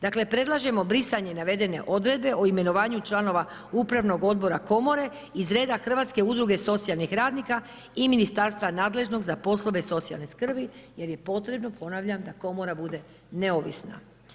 Dakle, predlažemo brisanje navedene odredbe o imenovanju članova upravnog odbora komore iz reda Hrvatske udruge socijalnih radnika i ministarstva nadležnog za poslove socijalne skrbi jer je potrebno, ponavlja, da komora bude neovisna.